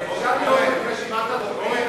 אפשר לראות את רשימת הדוברים?